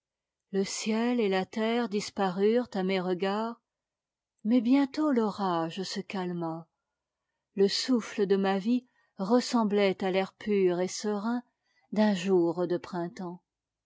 le ciel et la terre disparurent à mes regards mais bientôt l'orage se calma le souffle de ma vie ressemblait à l'air pur et serein d'un jour de printemps